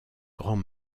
grand